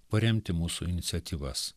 paremti mūsų iniciatyvas